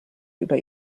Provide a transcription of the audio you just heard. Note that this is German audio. über